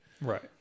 Right